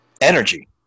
Energy